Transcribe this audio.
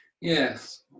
yes